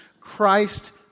Christ